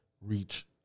reach